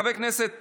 חברי הכנסת,